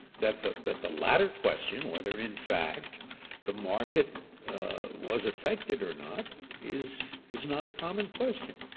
that the that the latter question, whether in fact the market was affected or not is, is not a common question.